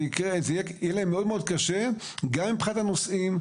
זה יהיה להן מאוד מאוד קשה גם מבחינת הנושאים,